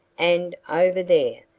and over there,